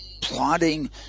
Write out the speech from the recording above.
plotting